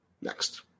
Next